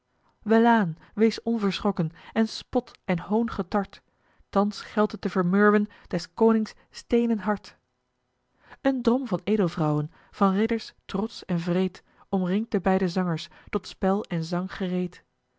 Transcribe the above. welaan wees onverschrokken en spot en hoon getart thans geldt het te vermurwen des konings steenen hart een drom van edelvrouwen van ridders trotsch en wreed omringt de beide zangers tot spel en zang gereed